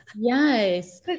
yes